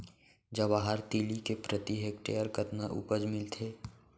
जवाहर तिलि के प्रति हेक्टेयर कतना उपज मिलथे?